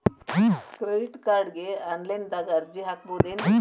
Credit ಕಾರ್ಡ್ಗೆ online ದಾಗ ಅರ್ಜಿ ಹಾಕ್ಬಹುದೇನ್ರಿ?